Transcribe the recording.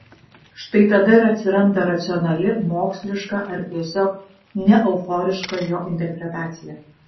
štai tada ir atsiranda racionali moksliška ar tiesiog neeuforiška jo interpretacija